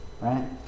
right